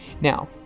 Now